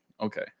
Okay